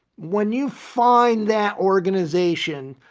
when you find that organization,